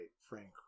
Frank